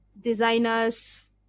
designers